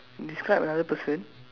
describe another person